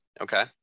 okay